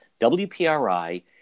WPRI